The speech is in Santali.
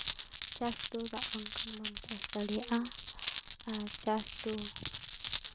ᱪᱟᱥ ᱫᱚ ᱫᱟᱜ ᱵᱟᱝᱠᱷᱟᱱ ᱵᱟᱢ ᱪᱟᱥ ᱫᱟᱲᱮᱭᱟᱜᱼᱟ ᱟᱨ ᱪᱟᱥ ᱫᱚ